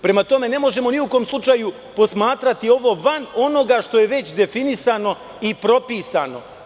Prema tome, ne možemo ni u kom slučaju posmatrati ovo van onoga što je već definisano i propisano.